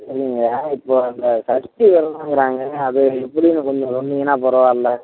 சரிங்க இப்போது அந்த சஷ்டி விரதங்றாங்க அது எப்படின்னு கொஞ்சம் சொன்னீங்கனா பரவாயில்ல